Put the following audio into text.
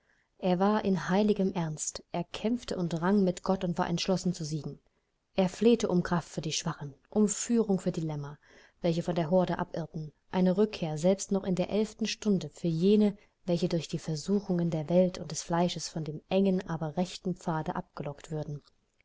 er war in heiligem ernst er kämpfte und rang mit gott und war entschlossen zu siegen er flehte um kraft für die schwachen um führung für die lämmer welche von der herde abirrten eine rückkehr selbst noch in der elften stunde für jene welche durch die versuchungen der welt und des fleisches von dem engen aber rechten pfade abgelockt würden